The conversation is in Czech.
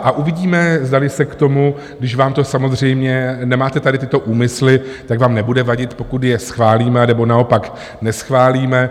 A uvidíme, zdali se k tomu, když vám to samozřejmě, nemáte tady tyto úmysly, tak vám nebude vadit, pokud je schválíme, nebo naopak neschválíme.